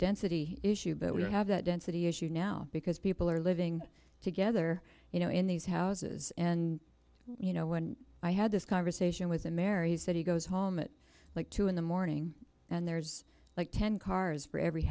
density issue but we don't have that density issue now because people are living together you know in these houses and you know when i had this conversation with a mary he said he goes home it like two in the morning and there's like ten cars for every